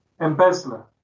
Embezzler